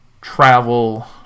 travel